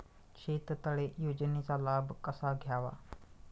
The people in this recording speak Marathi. शेततळे योजनेचा लाभ कसा घ्यावा?